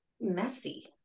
messy